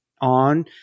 on